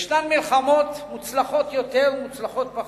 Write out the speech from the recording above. ישנן מלחמות מוצלחות יותר ומוצלחות פחות,